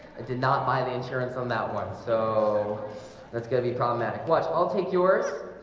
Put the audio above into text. did not buy the insurance on that one, so that's gonna be problematic watch. i'll take yours.